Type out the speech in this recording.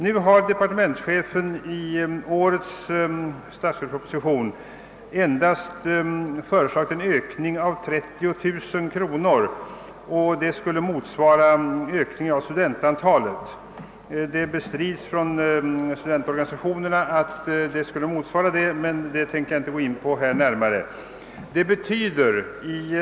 I årets statsverksproposition har departementschefen endast föreslagit en ökning med 30 000 kronor, vilket skulle motsvara ökningen av antalet studenter. Studentorganisationerna bestrider att ökningen motsvarar det ökade antalet studerande, men den saken skall jag här inte ingå på.